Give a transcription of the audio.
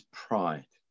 pride